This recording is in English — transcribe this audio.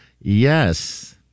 Yes